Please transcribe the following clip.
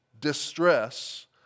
distress